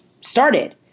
started